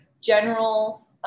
general